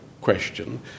question